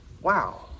wow